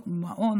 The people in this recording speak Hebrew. מעון,